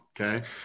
Okay